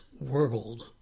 world